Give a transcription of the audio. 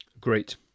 Great